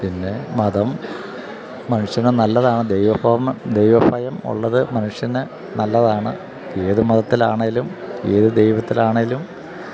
പിന്നെ മതം മനുഷ്യന് നല്ലതാണ് ദൈവഭയമുള്ളത് മനുഷ്യന് നല്ലതാണ് ഏത് മതത്തിലാണെങ്കിലും ഏത് ദൈവത്തിലാണെങ്കിലും